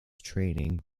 training